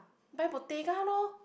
buy Bottega lor